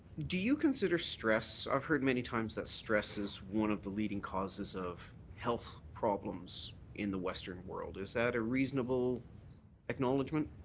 do you consider stress i've heard many times that stress is one of the leading causes of health problems in the western world. is that a reasonable acknowledgment?